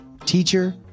teacher